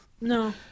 No